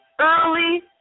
early